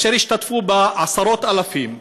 אשר השתתפו בה עשרות אלפים.